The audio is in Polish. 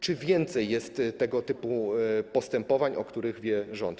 Czy więcej jest tego typu postępowań, o których wie rząd?